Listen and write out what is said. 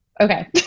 Okay